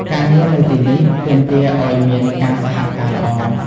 ការងារនៅទីនេះទាមទារឱ្យមានការសហការល្អ។